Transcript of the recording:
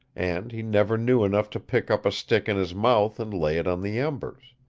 and he never knew enough to pick up a stick in his mouth and lay it on the embers.